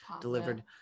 delivered